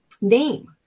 name